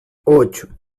ocho